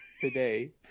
Today